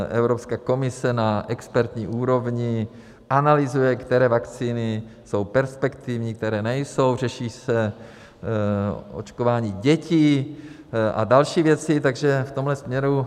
Evropská komise na expertní úrovni analyzuje, které vakcíny jsou perspektivní, které nejsou, řeší se očkování dětí a další věci, takže v tomto směru pokračujeme.